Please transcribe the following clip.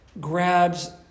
grabs